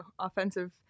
offensive